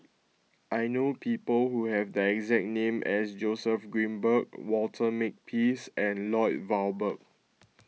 I know people who have that exact name as Joseph Grimberg Walter Makepeace and Lloyd Valberg